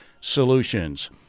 Solutions